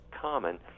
common